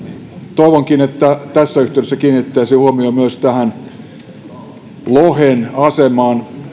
toivonkin että tässä yhteydessä kiinnitettäisiin huomio myös lohen asemaan